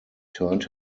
turned